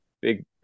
big